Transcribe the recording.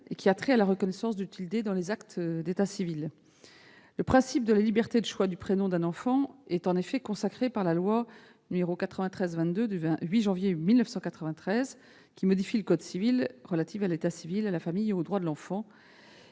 qui a trait à la reconnaissance du « tilde » dans les actes d'état civil. Le principe de liberté de choix du prénom d'un enfant, effectivement consacré par la loi n° 93-22 du 8 janvier 1993 modifiant le code civil relative à l'état civil, à la famille et au droit de l'enfant